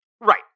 Right